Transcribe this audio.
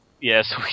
Yes